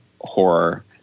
horror